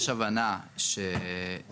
יש הבנה שהקרן,